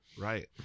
right